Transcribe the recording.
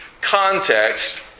context